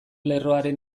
lerroaren